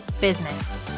business